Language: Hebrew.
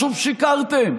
שוב שיקרתם?